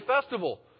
festival